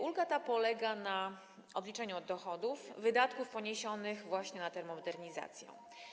Ulga ta polega na odliczeniu od dochodów wydatków poniesionych właśnie na termomodernizację.